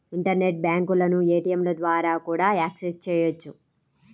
internet బ్యాంకులను ఏటీయంల ద్వారా కూడా యాక్సెస్ చెయ్యొచ్చు